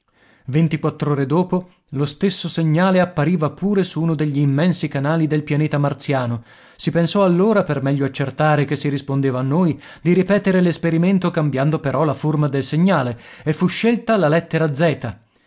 scurissima ventiquattr'ore dopo lo stesso segnale appariva pure su uno degli immensi canali del pianeta marziano si pensò allora per meglio accertare che si rispondeva a noi di ripetere l'esperimento cambiando però la forma del segnale e fu scelta la lettera z